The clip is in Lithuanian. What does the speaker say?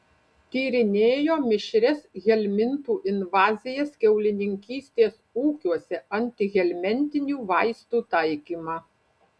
tyrinėjo mišrias helmintų invazijas kiaulininkystės ūkiuose antihelmintinių vaistų taikymą